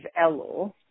Elul